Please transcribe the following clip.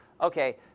okay